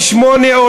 ושמונה,